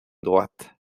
droite